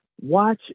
watch